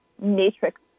matrix